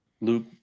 Luke